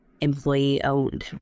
employee-owned